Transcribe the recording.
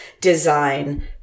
design